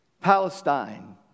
Palestine